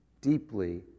deeply